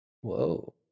Whoa